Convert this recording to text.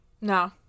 No